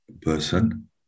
person